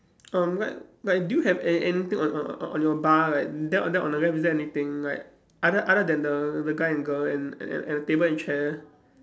um like like do you have an~ anything on on on your bar right then on the left is there anything like other other than the the guy and girl and and and the table and chair